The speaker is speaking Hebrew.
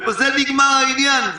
ובזה נגמר העניין.